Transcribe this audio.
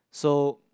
so